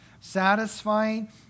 satisfying